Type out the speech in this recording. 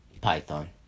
Python